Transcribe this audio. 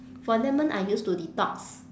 for lemon I use to detox